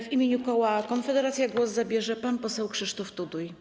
W imieniu koła Konfederacja głos zabierze pan poseł Krzysztof Tuduj.